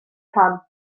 pam